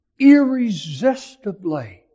irresistibly